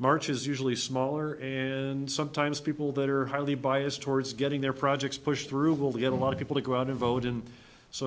march is usually smaller and sometimes people that are highly biased towards getting their projects pushed through will get a lot of people to go out and vote and so